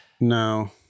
no